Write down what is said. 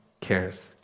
cares